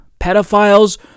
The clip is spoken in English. pedophiles